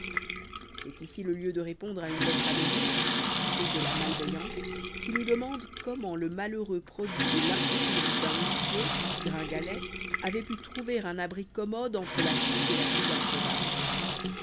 c'est ici le lieu de répondre à une lettre anonyme fruit de la malveillance qui nous demande comment le malheureux produit de l'incontinence d'un huissier gringalet avait pu trouver un abri commode entre la croupe et la queue d'un cheval